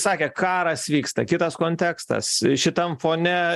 sakė karas vyksta kitas kontekstas šitam fone